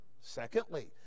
Secondly